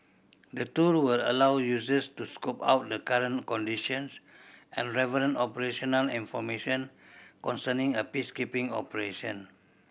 the tool will allow users to scope out the current conditions and relevant operational information concerning a peacekeeping operation